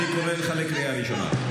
אני קורא אותך בקריאה ראשונה.